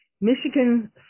Michigan